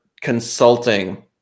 consulting